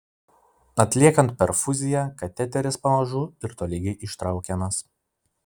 atliekant perfuziją kateteris pamažu ir tolygiai ištraukiamas